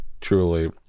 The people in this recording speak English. truly